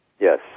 Yes